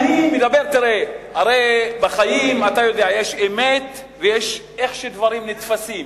הרי בחיים יש האמת ויש איך שדברים נתפסים.